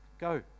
go